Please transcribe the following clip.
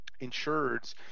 insureds